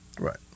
Right